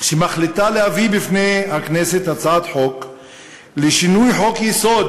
שמחליטה להביא בפני הכנסת הצעת חוק לשינוי חוק-יסוד: